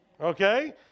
okay